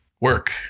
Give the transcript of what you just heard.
work